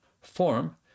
form